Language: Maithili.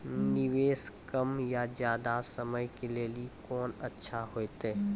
निवेश कम या ज्यादा समय के लेली कोंन अच्छा होइतै?